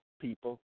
people